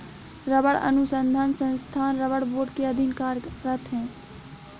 रबड़ अनुसंधान संस्थान रबड़ बोर्ड के अधीन कार्यरत है